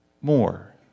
more